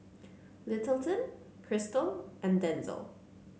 Littleton Crystal and Denzil